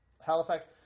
Halifax